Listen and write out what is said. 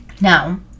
Now